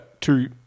two